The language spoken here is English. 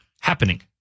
happening